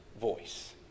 voice